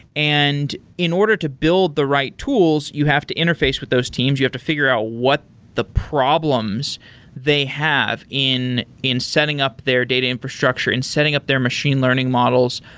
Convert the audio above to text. and in order to build the right tools, you have to interface with those teams. you have to figure out what the problems they have in in setting up their data infrastructure, in setting up their machine learning models.